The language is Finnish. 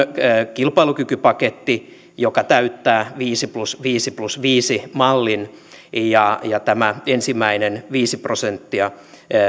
kilpailukykypaketti joka täyttää viisi plus viisi plus viisi mallin ja ja tämä ensimmäinen viisi prosenttia